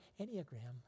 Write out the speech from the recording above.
Enneagram